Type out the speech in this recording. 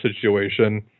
situation